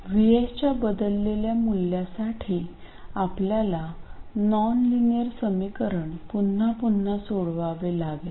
VS च्या बदललेल्या मूल्यासाठी आपल्याला नॉनलिनियर समीकरण पुन्हा पुन्हा सोडवावे लागेल